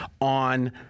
on